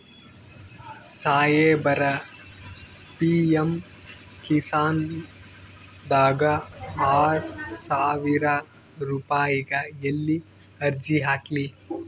ಸಾಹೇಬರ, ಪಿ.ಎಮ್ ಕಿಸಾನ್ ದಾಗ ಆರಸಾವಿರ ರುಪಾಯಿಗ ಎಲ್ಲಿ ಅರ್ಜಿ ಹಾಕ್ಲಿ?